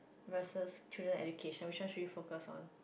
versus children education which one should you focus on